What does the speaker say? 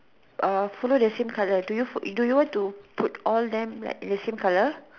uh follow the same colour do you do you want to put all them like in the same colour